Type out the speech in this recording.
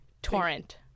Torrent